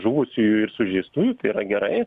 žuvusiųjų ir sužeistųjų tai yra gerai